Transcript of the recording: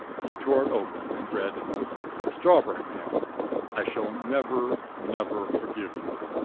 he tore it open and read strawberry man i shall never, never forgive, you.